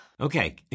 Okay